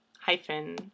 hyphen